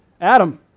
Adam